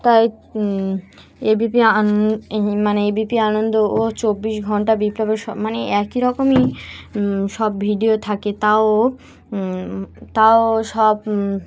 তাই এবিপি আন মানে এবিপি আনন্দ ও চব্বিশ ঘণ্টা বিপ্লবের সব মানে একই রকমই সব ভিডিও থাকে তাও তাও সব